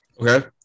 Okay